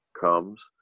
comes